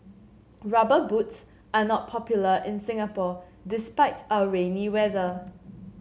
rubber boots are not popular in Singapore despite our rainy weather